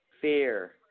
fear